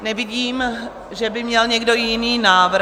Nevidím, že by měl někdo jiný návrh.